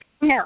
No